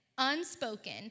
Unspoken